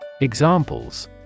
Examples